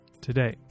today